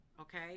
Okay